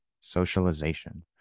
socialization